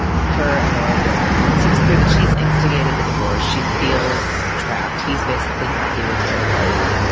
her and laura dern. i mean, it seems clear that she's instigated the divorce, she feels trapped. he's basically happy with their life.